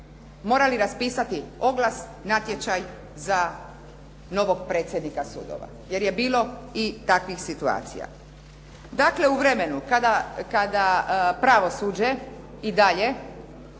morali raspisati oglas, natječaj za novog predsjednika sudova jer je bilo i takvih situacija. Dakle, u vremenu kada pravosuđe i dalje